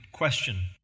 Question